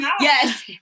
Yes